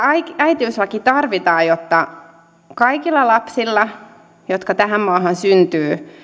äitiyslaki tarvitaan jotta kaikilla lapsilla jotka tähän maahan syntyvät